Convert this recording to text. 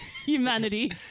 Humanity